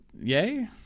yay